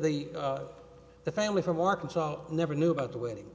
the the family from arkansas never knew about the waiting